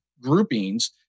Groupings